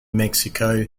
mexico